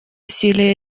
усилий